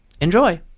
Enjoy